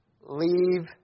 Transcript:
Leave